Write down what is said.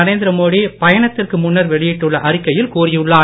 நரேந்திர மோடி பயணதிற்கு முன்னர் வெளியிட்டுள்ள அறிக்கையில் கூறியுள்ளார்